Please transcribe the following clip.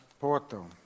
Porto